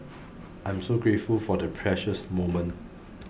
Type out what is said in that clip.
I am so grateful for the precious moment